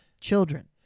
children